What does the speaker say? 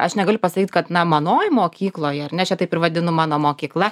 aš negaliu pasakyt kad na manoj mokykloj ar ne aš ją taip ir vadinu mano mokykla